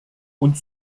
und